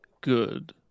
good